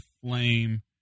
flame